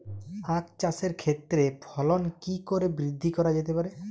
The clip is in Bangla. আক চাষের ক্ষেত্রে ফলন কি করে বৃদ্ধি করা যেতে পারে?